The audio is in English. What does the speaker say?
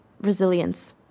resilience